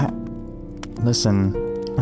Listen